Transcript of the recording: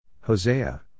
Hosea